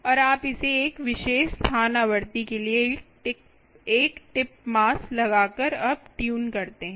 और आप इसे एक विशेष स्थान आवृत्ति के लिए एक टिप मास लगाकर अब ट्यून करते हैं